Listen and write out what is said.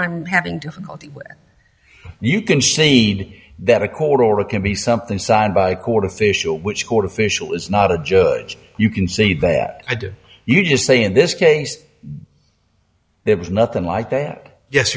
i'm having difficulty where you can see that a court order can be something signed by a court official which court official is not a judge you can see that i did you just say in this case there was nothing like that yes